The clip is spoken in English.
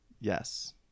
yes